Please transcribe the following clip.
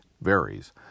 varies